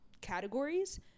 categories